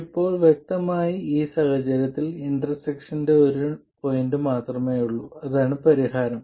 ഇപ്പോൾ വ്യക്തമായി ഈ സാഹചര്യത്തിൽ ഇന്റർസെക്ഷന്റെ ഒരു പോയിന്റ് മാത്രമേയുള്ളൂ അതാണ് പരിഹാരം